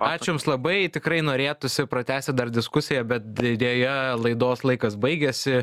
ačiū jums labai tikrai norėtųsi pratęsti dar diskusiją bet deja laidos laikas baigėsi